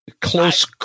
Close